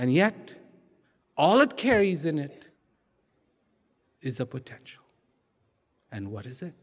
and yet all it carries in it is a potential and what is